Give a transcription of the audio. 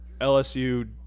LSU